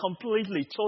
completely